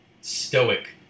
stoic